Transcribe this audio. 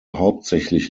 hauptsächlich